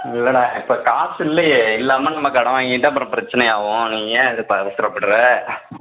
இல்லைடா இப்போ காசு இல்லையே இல்லாமல் நம்ம கடன் வாங்கிவிட்டா அப்புறம் பிரச்சினை ஆகும் நீ ஏன் இது இப்போ அவசரப்படுற